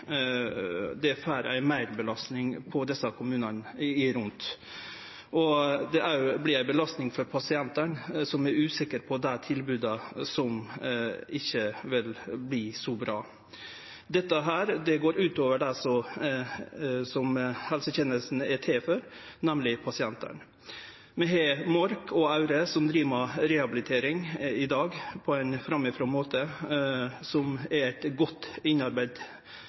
det følgjer med pengar, medfører ei meirbelasting på kommunane rundt? Det vert òg ei belasting på pasientane, som er usikre på tilboda, om dei ikkje vil verte så bra. Dette går ut over dei som helsetenesta er til for, nemleg pasientane. Vi har Mork og Aure som driv med rehabilitering i dag på ein framifrå måte – godt innarbeidde rehabiliteringstilbod som